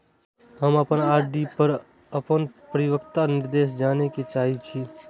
हम अपन आर.डी पर अपन परिपक्वता निर्देश जाने के चाहि छी